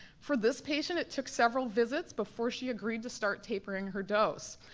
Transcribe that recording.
for this patient, it took several visits before she agreed to start tapering her dose.